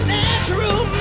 natural